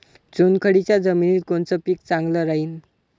चुनखडीच्या जमिनीत कोनचं पीक चांगलं राहीन?